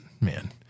man